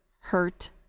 hurt